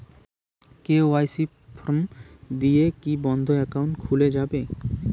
KYC form দিয়ে কি বন্ধ একাউন্ট খুলে যাবে?